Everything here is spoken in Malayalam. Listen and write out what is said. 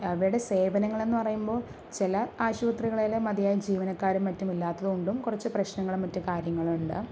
അവരുടെ സേവനകളെന്ന് പറയുമ്പോൾ ചില ആശുപത്രികളില് മതിയായ ജീവനക്കാരും മറ്റും ഇല്ലാത്തതുകൊണ്ടും കുറച്ചു പ്രശ്നങ്ങളും മറ്റ് കാര്യങ്ങളുമുണ്ട്